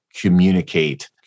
communicate